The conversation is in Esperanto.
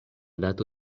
dato